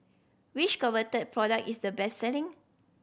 which Convatec product is the best selling